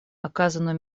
оказанную